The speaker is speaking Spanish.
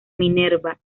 minerva